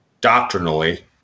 doctrinally